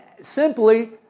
simply